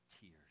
tears